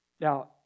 Now